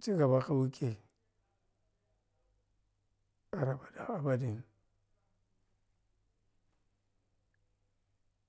cigaba ka wukhei har abadan abadin